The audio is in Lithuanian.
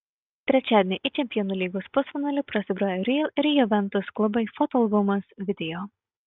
trečiadienį į čempionų lygos pusfinalį prasibrovė real ir juventus klubai fotoalbumas video